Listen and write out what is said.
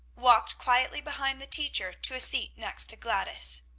walked quietly behind the teacher to a seat next to gladys.